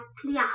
clear